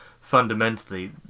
fundamentally